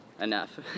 enough